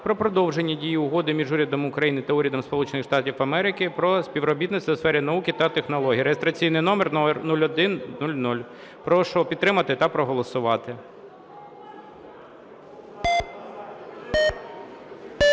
про продовження дії Угоди між Урядом України та Урядом Сполучених Штатів Америки про співробітництво у сфері науки та технологій (реєстраційний номер 0100). Прошу підтримати та проголосувати.